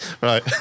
Right